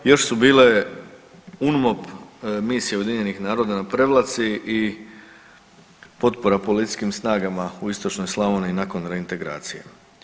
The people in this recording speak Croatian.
Još su bile UNMOP misije UN na Prevlaci i potpora policijskim snagama u Istočnoj Slavoniji nakon reintegracije.